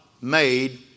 made